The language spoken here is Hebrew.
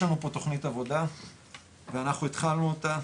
יש לנו פה תוכנית עבודה ואנחנו התחלנו אותה,